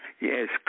Yes